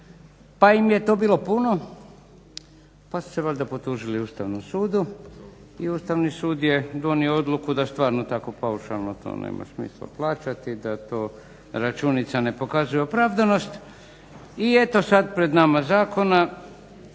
pa im je to bilo puno pa su se valjda potužili Ustavnom sudu i Ustavni sud je donio odluku da stvarno tako paušalno to nema smisla plaćati, da to računica ne pokazuje opravdanost i eto sad pred nama zakona